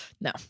No